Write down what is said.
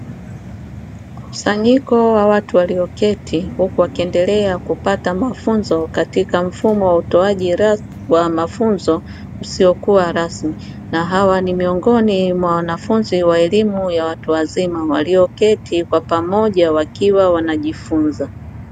MKusanyiko wa watu walioketi huku wakiendelea kupata katika utoaji wa mafunzo usiokuwa rasmi na hawa ni miongoni mwa wanafunzi wa elimu ya watu wazima walioketi kwa pamoja wakiwa wanajifunza.